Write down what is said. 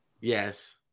Yes